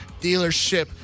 dealership